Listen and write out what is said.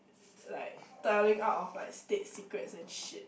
like telling out of like state secrets and shit